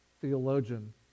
theologian